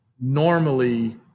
normally